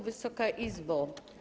Wysoka Izbo!